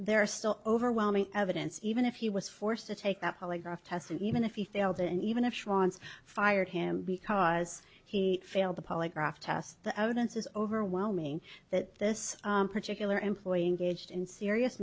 there are still overwhelming evidence even if he was forced to take that polygraph test even if he failed and even if shawn's fired him because he failed the polygraph test the evidence is overwhelming that this particular employee engaged in serious